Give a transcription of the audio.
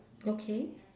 okay